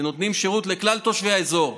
שנותנים שירות לכלל תושבי האזור,